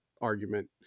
argument